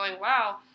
Wow